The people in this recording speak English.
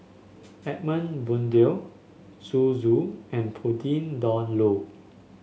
Edmund Blundell Zhu Xu and Pauline Dawn Loh